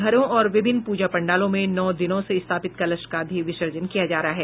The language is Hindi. घरों और विभिन्न पूजा पंडालों में नौ दिनों से स्थापित कलश का भी विसर्जन किया जा रहा है